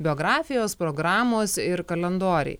biografijos programos ir kalendoriai